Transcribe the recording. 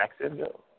Jacksonville